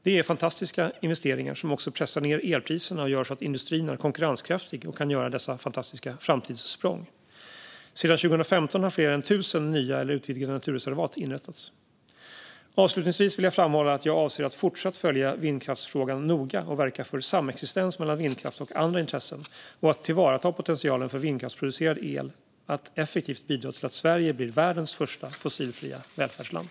Det är fantastiska investeringar som också pressar ned elpriserna och gör så att industrin är konkurrenskraftig och kan göra dessa fantastiska framtidssprång. Sedan 2015 har fler än 1 000 nya eller utvidgade naturreservat inrättats. Avslutningsvis vill jag framhålla att jag avser att fortsatt följa vindkraftsfrågan noga och verka för samexistens mellan vindkraft och andra intressen. Jag avser att tillvarata potentialen för vindkraftsproducerad el att effektivt bidra till att Sverige blir världens första fossilfria välfärdsland.